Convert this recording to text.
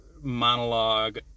monologue